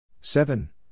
Seven